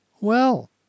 Well